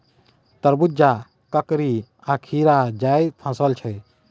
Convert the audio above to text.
तरबुजा, ककरी आ खीरा जाएद फसल छै